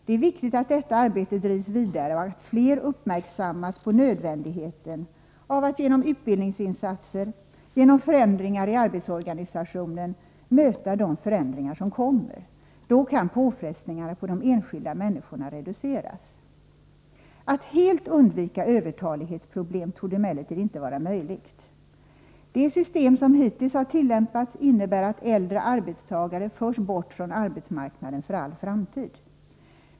Det är viktigt att detta arbete drivs vidare och att fler uppmärksammas på nödvändigheten av att genom utbildningsinsatser och genom förändringar av arbetsorganisationen möta de förändringar som kommer. Då kan påfrestningarna på de enskilda människorna reduceras. Att helt undvika övertalighetsproblem torde emellertid inte vara möjligt. Det system som hittills har tillämpats innebär att äldre arbetstagare förs bort från arbetsmarknaden för all framtid.